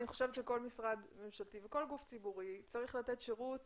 אני חושבת שכל משרד ממשלתי וכל גוף ציבורי צריך לתת שירות